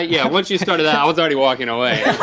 yeah, once you started that, i was already walking away.